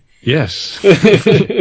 Yes